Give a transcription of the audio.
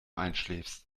einschläfst